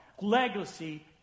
legacy